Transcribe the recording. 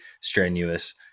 strenuous